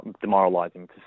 demoralizing